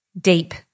deep